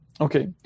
Okay